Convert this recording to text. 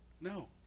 No